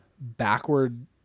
backward